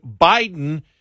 Biden